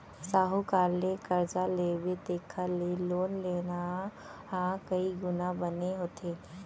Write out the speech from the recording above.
साहूकार ले करजा लेबे तेखर ले लोन लेना ह कइ गुना बने होथे